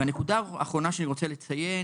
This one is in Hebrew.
והנקודה אחרונה שאני רוצה לציין,